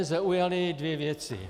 Zaujaly mě dvě věci.